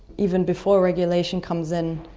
even before regulation comes in,